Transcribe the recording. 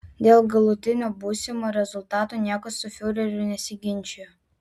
dėl galutinio būsimo rezultato niekas su fiureriu nesiginčijo